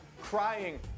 crying